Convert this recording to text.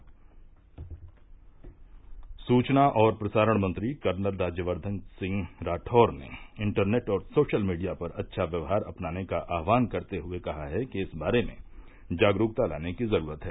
से में से के सूचना और प्रसारण मंत्री कर्नल राज्यवर्धन सिंह राठौड़ ने इंटरनेट और सोशल मीडिया पर अच्छा व्यवहार अपनाने का आह्वान करते हुए कहा कि इस बारे में जागरूकता लाने की जरूरत है